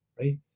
right